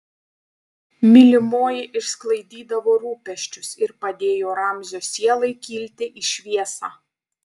mylimoji išsklaidydavo rūpesčius ir padėjo ramzio sielai kilti į šviesą